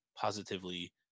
positively